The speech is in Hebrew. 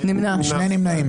הצבעה לא אושרה נפל.